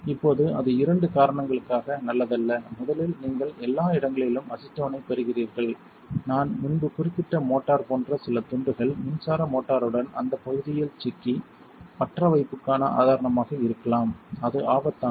இப்போது அது இரண்டு காரணங்களுக்காக நல்லதல்ல முதலில் நீங்கள் எல்லா இடங்களிலும் அசிட்டோனைப் பெறுகிறீர்கள் நான் முன்பு குறிப்பிட்ட மோட்டார் போன்ற சில துண்டுகள் மின்சார மோட்டாருடன் அந்த பகுதியில் சிக்கி பற்றவைப்புக்கான ஆதாரமாக இருக்கலாம் அது ஆபத்தானது